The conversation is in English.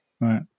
Right